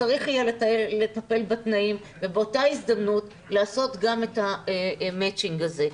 צריך יהיה לטפל בתנאים ובאותה הזדמנות לעשות גם את המצ'ינג הזה.